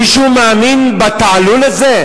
מישהו מאמין בתעלול הזה?